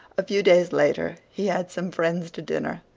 a few days later he had some friends to dinner,